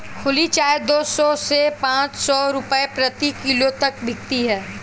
खुली चाय दो सौ से पांच सौ रूपये प्रति किलो तक बिकती है